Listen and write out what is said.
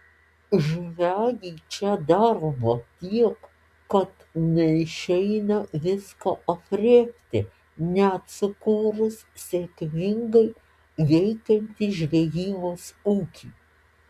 žvejui čia darbo tiek kad neišeina visko aprėpti net sukūrus sėkmingai veikiantį žvejybos ūkį